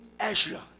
Asia